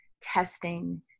testing